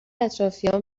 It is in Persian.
اطرافیام